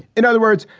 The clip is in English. in other words,